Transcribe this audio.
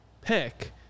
Pick